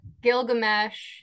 Gilgamesh